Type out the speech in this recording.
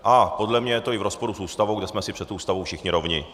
A podle mě to je i v rozporu s Ústavou, kde jsme si před Ústavou všichni rovni.